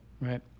Right